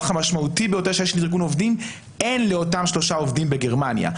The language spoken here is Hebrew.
המשמעותי שיש לארגון עובדים אין לאותם שלושה עובדים בגרמניה.